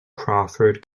crawford